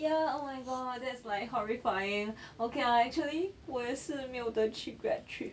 ya oh my god that's like horrifying okay lah actually 我也是没有的去 grad trip